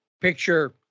picture